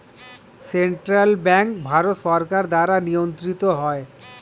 central bank ভারত সরকার দ্বারা নিয়ন্ত্রিত হয়